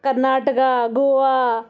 Karnataka Goa